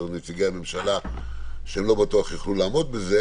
נציגי הממשלה שלא בטוח שהם יוכלו לעמוד זה.